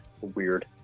weird